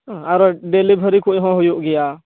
ᱟᱨᱚ ᱰᱮᱞᱤᱵᱷᱟᱨᱤ ᱠᱚᱨᱮ ᱦᱚ ᱦᱩᱭᱩᱜ ᱜᱮᱭᱟ